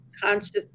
conscious